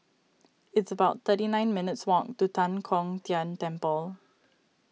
it's about thirty nine minutes' walk to Tan Kong Tian Temple